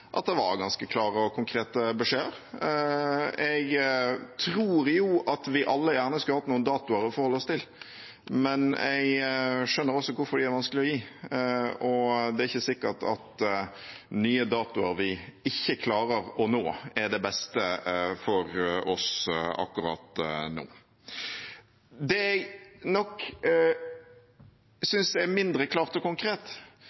at det var ganske klare og konkrete beskjeder. Jeg tror at vi alle gjerne skulle hatt noen datoer å forholde oss til, men jeg skjønner også hvorfor de er vanskelige å gi. Og det er ikke sikkert at nye datoer vi ikke klarer å nå, er det beste for oss akkurat nå. Det jeg nok synes er mindre klart og konkret,